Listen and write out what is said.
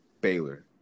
Baylor